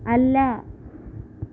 അല്ല